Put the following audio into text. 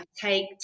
take